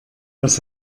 was